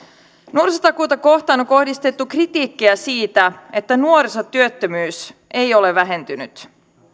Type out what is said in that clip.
nuorisotakuuta kohtaan on kohdistettu kritiikkiä siitä että nuorisotyöttömyys ei ole vähentynyt